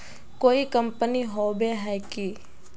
कोई कंपनी होबे है की?